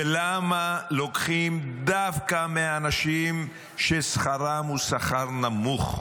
ולמה לוקחים דווקא מהאנשים ששכרם הוא שכר נמוך?